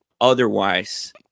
otherwise